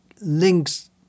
links